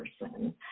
person